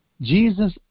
Jesus